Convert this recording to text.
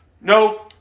No